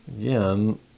Again